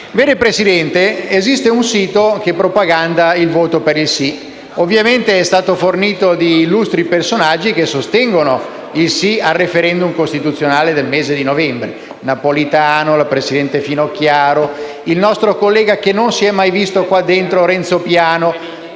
Presidente, esiste un sito che propaganda il voto per il sì. Ovviamente riporta nomi di illustri personaggi che sostengono il sì al *referendum* costituzionale del prossimo autunno: Giorgio Napolitano, la presidente Finocchiaro e il nostro collega, che non si è mai visto in questa sede, Renzo Piano,